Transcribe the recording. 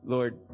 Lord